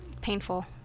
painful